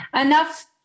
enough